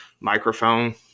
microphone